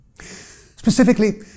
Specifically